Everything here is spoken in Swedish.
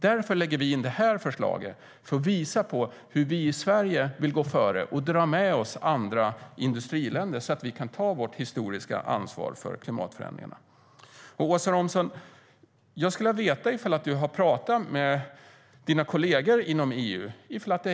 Därför lägger vi fram detta förslag för att visa på hur vi i Sverige vill gå före och dra med oss andra industriländer så att vi kan ta vårt historiska ansvar för klimatförändringarna. Jag skulle vilja veta om du har pratat med dina kollegor i EU, Åsa Romson.